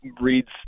reads